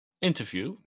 interview